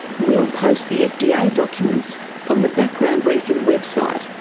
we'll post the fda yeah documents on the background briefing website.